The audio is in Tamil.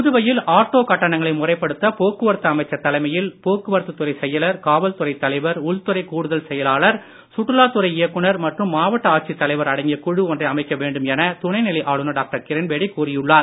புதுவையில் முறைப்படுத்த போக்குவரத்து அமைச்சர் தலைமையில் போக்குவரத்து துறை செயலர் காவல்துறை தலைவர் உள்துறை கூடுதல் செயலாளர் சுற்றுலா துறை இயக்குனர் மற்றும் மாவட்ட ஆட்சித் தலைவர் அடங்கிய குழு ஒன்றை அமைக்க வேண்டும் என துணைநிலை ஆளுநர் டாக்டர் கிரண்பேடி கூறியுள்ளார்